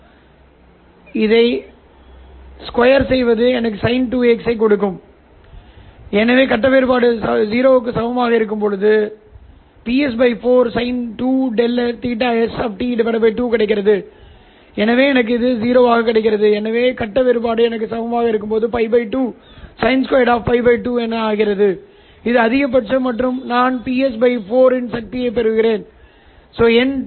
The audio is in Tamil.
எனவே நான் சிக்கலான சபையை எடுத்துக் கொள்ளும்போது இது e j π2 ஆக மாறுகிறது எனவே இதன் காரணமாக π 2 இந்த ஒன்றிற்குள் செல்கிறது மற்றும் எதையாவது குறிக்கிறது π 2 இது அந்த அளவின் sine எனவே இந்த உண்மையான பகுதி பாவமாக மாறும் ஹோமோடைன் வழக்கில் ωIF 0 எனக் கருதி நான் sin θs a தோன்றுகிறது எனவே இப்போது இரண்டு வெவ்வேறு கப்ளர்களையும் நான்கு வெவ்வேறு அல்லது குறைந்தபட்சம் இந்த விஷயத்தில் நான் இரண்டு வித்தியாசங்களைப் பயன்படுத்துகிறேன் புகைப்பட டையோட்கள்